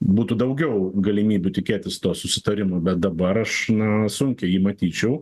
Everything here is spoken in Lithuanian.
būtų daugiau galimybių tikėtis to susitarimo bet dabar aš na sunkiai jį matyčiau